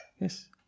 yes